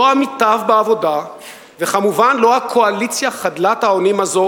לא עמיתיו בעבודה וכמובן לא הקואליציה חדלת האונים הזאת